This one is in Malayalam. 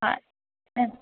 ആ മ്മ്